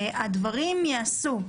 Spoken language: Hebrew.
הדברים ייעשו,